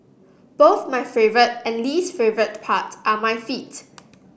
both my favourite and least favourite part are my feet